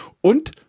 Und